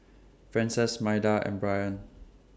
Frances Maida and Brien